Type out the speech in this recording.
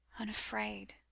unafraid